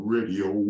Radio